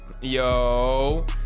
Yo